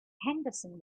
henderson